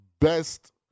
best